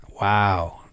wow